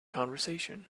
conversation